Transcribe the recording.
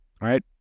right